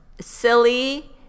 silly